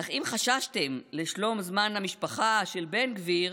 אך אם חששתם לשלום זמן המשפחה של בן גביר,